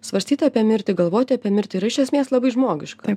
svarstyt apie mirtį galvoti apie mirtį yra iš esmės labai žmogiška